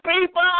people